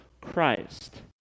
Christ